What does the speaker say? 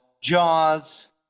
Jaws